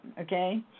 okay